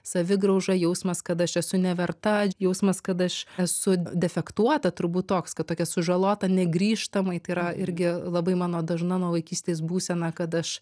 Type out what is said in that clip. savigrauža jausmas kad aš esu neverta jausmas kad aš esu defektuota turbūt toks kad tokia sužalota negrįžtamai tai yra irgi labai mano dažna nuo vaikystės būsena kad aš